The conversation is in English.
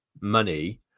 Money